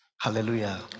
Hallelujah